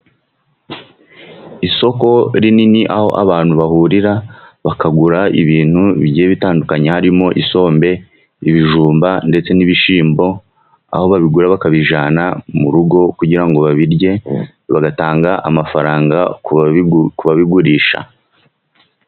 Isoko rinini aho abantu bahurira bakagura ibintu bigiye bitandukanye harimo: isombe, ibijumba ndetse n'ibishimbo, aho babigura bakabijana mu rugo kugira ngo babirye bagatanga amafaranga kubabigurisha.